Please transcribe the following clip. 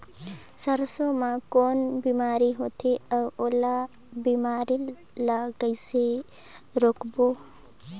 सरसो मा कौन बीमारी होथे अउ ओला बीमारी ला कइसे रोकबो?